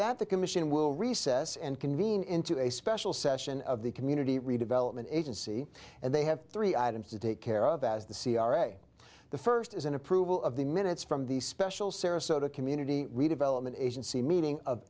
that the commission will recess and convene into a special session of the community redevelopment agency and they have three items to take care of as the c r a the first is an approval of the minutes from the special sarasota community redevelopment agency meeting of